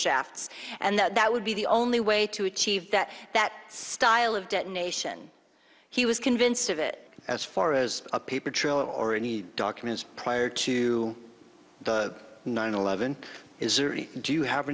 shafts and that would be the only way to achieve that that style of detonation he was convinced of it as far as a paper trail or any documents prior to nine eleven do you have